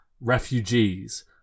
refugees